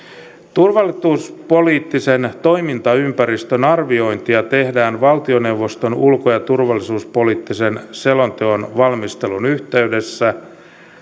turvallisuuspoliittisen toimintaympäristön arviointia tehdään valtioneuvoston ulko ja turvallisuuspoliittisen selonteon valmistelun yhteydessä